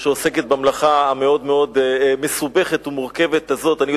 שעוסקת במלאכה המאוד מסובכת ומורכבת הזאת.